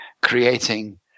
creating